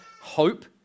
hope